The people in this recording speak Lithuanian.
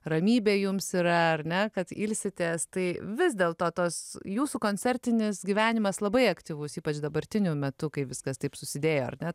ramybė jums yra ar ne kad ilsitės tai vis dėl to tos jūsų koncertinis gyvenimas labai aktyvus ypač dabartiniu metu kai viskas taip susidėjo ar ne